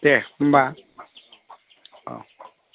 दे होनबा औ